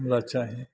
हमरा चाही